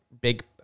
big